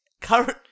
current